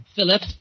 Philip